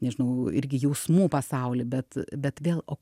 nežinau irgi jausmų pasaulį bet bet vėl o